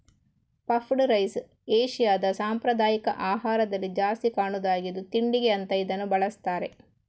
puffed rice ಏಷ್ಯಾದ ಸಾಂಪ್ರದಾಯಿಕ ಆಹಾರದಲ್ಲಿ ಜಾಸ್ತಿ ಕಾಣುದಾಗಿದ್ದು ತಿಂಡಿಗೆ ಅಂತ ಇದನ್ನ ಬಳಸ್ತಾರೆ